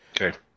Okay